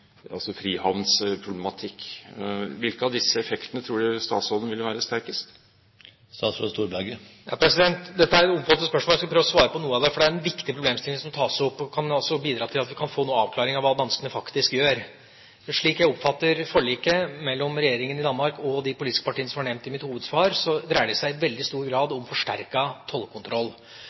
frihavnsproblematikk. Hvilke av disse effektene tror statsråden vil være sterkest? Dette er et omfattende spørsmål, men jeg skal prøve å svare på noe av det. Det er en viktig problemstilling som tas opp, og det kan bidra til at vi kan få en avklaring av hva danskene faktisk gjør. Slik jeg oppfatter forliket mellom regjeringa i Danmark og de politiske partiene som er nevnt i mitt hovedsvar, dreier det seg i veldig stor grad om forsterket tollkontroll.